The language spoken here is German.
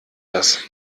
das